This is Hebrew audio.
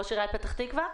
ראש עיריית פתח תקווה.